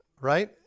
right